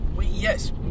Yes